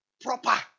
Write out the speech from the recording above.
Proper